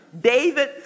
David